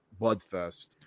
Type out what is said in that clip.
Budfest